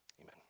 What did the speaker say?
Amen